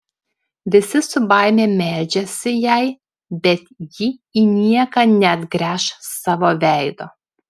visi su baime meldžiasi jai bet ji į nieką neatgręš savo veido